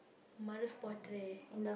mother's portrait